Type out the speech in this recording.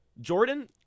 Jordan